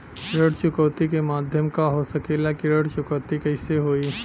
ऋण चुकौती के माध्यम का हो सकेला कि ऋण चुकौती कईसे होई?